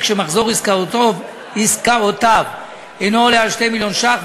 שמחזור עסקאותיו אינו עולה על 2 מיליון ש"ח,